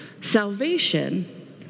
Salvation